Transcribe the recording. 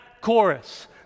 chorus